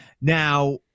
Now